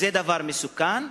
זה דבר מסוכן,